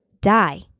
die